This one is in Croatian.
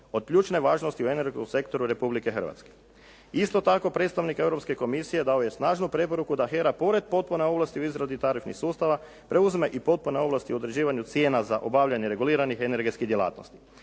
od ključne važnosti u energetskom sektoru Republike Hrvatske. Isto tako, predstavnik Europske komisije dao je snažnu preporuku da HERA pored potpora u izradi tarifnih sustava preuzme i potpune ovlasti u određivanju cijena za obavljanje reguliranih energetskih djelatnosti.